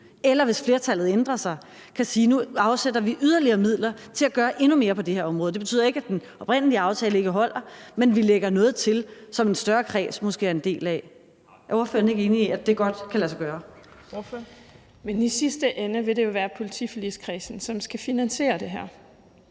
eller, hvis flertallet ændrer sig, ikke kan sige, at nu afsætter vi yderligere midler til at gøre endnu mere på det her område. Det betyder ikke, at den oprindelige aftale ikke holder, men at vi lægger noget til, som en større kreds måske er en del af. Er ordføreren ikke enig i, at det godt kan lade sig gøre? Kl. 17:14 Tredje næstformand (Trine Torp): Ordføreren. Kl.